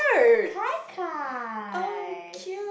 kai kai